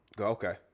Okay